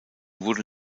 wurde